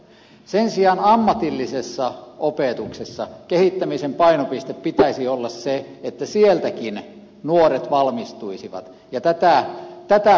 sen sijaan ammatillisessa opetuksessa kehittämisen painopisteen pitäisi olla se että sieltäkin nuoret valmistuisivat ja tätä peräsin